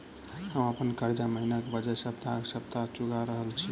हम अप्पन कर्जा महिनाक बजाय सप्ताह सप्ताह चुका रहल छि